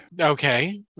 Okay